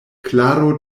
klaro